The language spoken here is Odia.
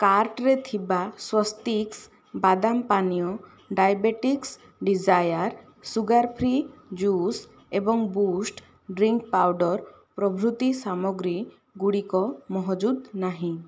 କାର୍ଟ୍ରେ ଥିବା ସ୍ଵସ୍ତିକ୍ସ ବାଦାମ ପାନୀୟ diabetics desire sugar free juice ଏବଂ ବୂଷ୍ଟ୍ ଡ୍ରିଙ୍କ୍ ପାଉଡ଼ର ପ୍ରଭୃତି ସାମଗ୍ରୀ ଗୁଡ଼ିକ ମହଜୁଦ ନାହିଁ